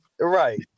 Right